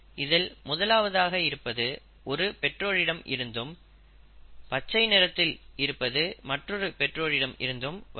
இதில் முதலாவதாக இருப்பது ஒரு பெற்றோரிடம் இருந்தும் பச்சை நிறத்தில் இருப்பது மற்றொரு பெற்றோரிடம் இருந்தும் வருவது